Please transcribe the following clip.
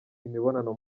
imibonano